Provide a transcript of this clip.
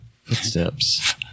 footsteps